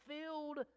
filled